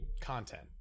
content